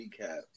recap